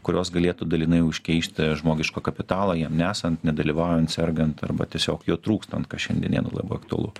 kurios galėtų dalinai užkeišti žmogišką kapitalą jam nesant nedalyvaujant sergant arba tiesiog jo trūkstant kas šiandien dienai labai aktualu